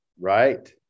Right